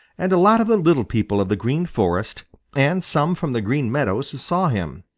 and a lot of the little people of the green forest and some from the green meadows saw him.